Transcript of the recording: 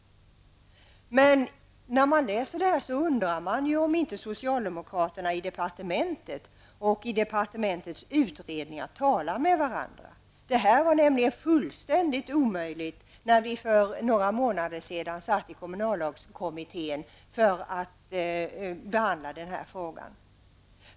När man läser detta undrar man om inte socialdemokraterna i departementet och i departementets utredningar talar med varandra. Detta var nämligen fullständigt omöjligt att genomföra när vi tog upp det i kommunallagskommittén för några månader sedan.